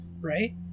right